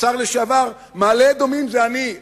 השר לשעבר, אמר: מעלה-אדומים זה אני.